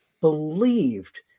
believed